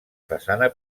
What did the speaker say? façana